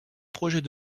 projet